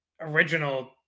original